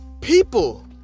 people